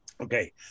okay